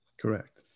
Correct